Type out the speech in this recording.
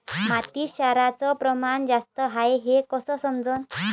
मातीत क्षाराचं प्रमान जास्त हाये हे कस समजन?